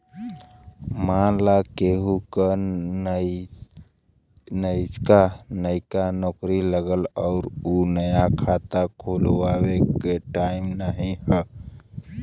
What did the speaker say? मान ला केहू क नइका नइका नौकरी लगल हौ अउर नया खाता खुल्वावे के टाइम नाही हौ